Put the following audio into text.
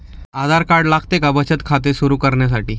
आधार card लागते का बचत खाते सुरू करण्यासाठी?